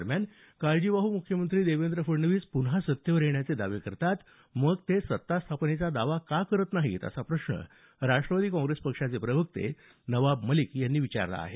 दरम्यान काळजीवाहू मुख्यमंत्री देवेंद्र फडणवीस पुन्हा सत्तेवर येण्याचे दावे करतात मग ते सत्ता स्थापनेचा दावा का करत नाहीत असा प्रश्न राष्ट्रवादी काँप्रेस पक्षाचे प्रवक्ते नवाब मलिक यांनी उपस्थित केला आहे